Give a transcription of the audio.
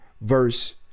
verse